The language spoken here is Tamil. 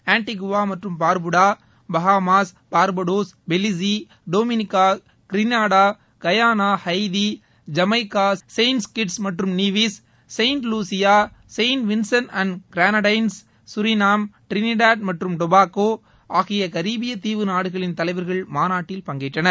ஆன்டிகுவா மற்றும் Barbuda Bahamas Barbados Belize Dominica Grenada Guyana Haiti Jamaica Saint Kitts மற்றும் Nevis Saint Lucia Saint Vincent and Grenadines Suriname Trinidad மற்றும் டுபாகோ ஆகிய கரீபிய தீவு நாடுகளின் தலைவர்கள் மாநாட்டில் பங்கேற்றனர்